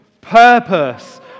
Purpose